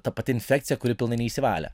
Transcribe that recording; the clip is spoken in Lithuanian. ta pati infekcija kuri pilnai neišsivalė